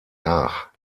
nach